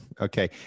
Okay